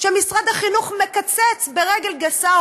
שמשרד החינוך מקצץ ברגל גסה,